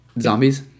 Zombies